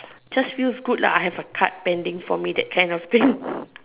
just feels good lah I have a cart pending for me that kinda thing